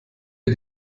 wir